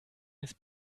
ist